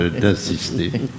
d'insister